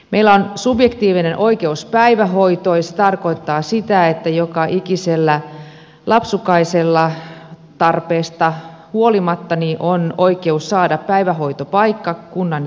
meillä on subjektiivinen oikeus päivähoitoon ja se tarkoittaa sitä että joka ikisellä lapsukaisella tarpeesta huolimatta on oikeus saada päivähoitopaikka kunnan järjestämänä